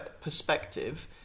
perspective